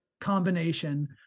combination